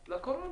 לקורונה.